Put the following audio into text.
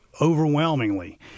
overwhelmingly